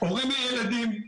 אומרים לי ילדים.